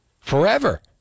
forever